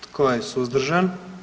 Tko je suzdržan?